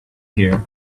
here